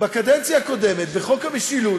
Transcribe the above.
בקדנציה הקודמת, בחוק המשילות,